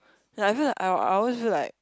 like I feel like I I'll always feel like